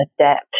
adapt